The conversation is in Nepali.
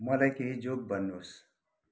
मलाई केही जोक भन्नुहोस्